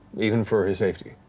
even for his safety.